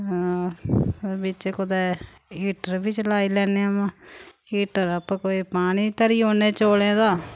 ओह् बिच कुदै हीटर बी चलाई लैन्ने अमां हीटर उप्पर कोई पानी धरी ओड़ने चौलें दा